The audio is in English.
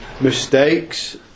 mistakes